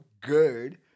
good